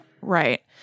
Right